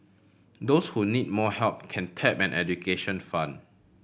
those who need more help can tap an education fund